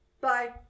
Bye